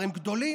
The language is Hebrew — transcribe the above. הם גדולים,